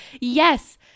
yes